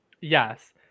Yes